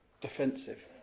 defensive